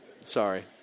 Sorry